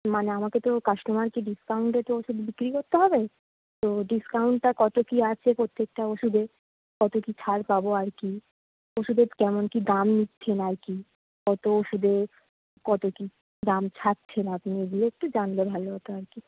মানে আমাকে তো কাস্টমারকে ডিসকাউন্টে তো ওষুধ বিক্রি করতে হবে তো ডিসকাউন্টটা কত কি আছে প্রত্যেকটা ওষুধে কত কি ছাড় পাবো আর কি ওষুধে কেমন কি দাম নিচ্ছেন আর কি কতো ওষুধে কত কি দাম ছাড়ছেন আপনি এগুলো একটু জানলে ভালো হতো আর কি